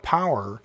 power